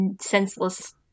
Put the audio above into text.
senseless